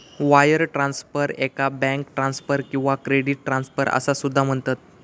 wire transfer, याका bank transfer किंवा credit transfer असा सुद्धा म्हणतत